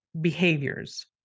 behaviors